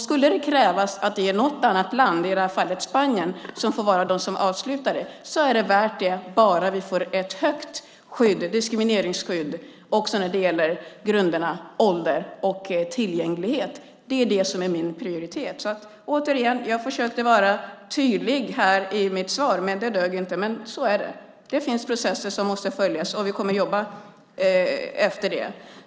Skulle det krävas att något annat land, i det här fallet Spanien, får vara de som avslutar detta är det värt det, bara vi får ett högt diskrimineringsskydd också när det gäller grunderna ålder och tillgänglighet. Det är min prioritering. Jag försökte vara tydlig med det i mitt svar, men det dög inte. Så är det dock: Det finns processer som måste följas, och vi kommer att jobba utifrån det.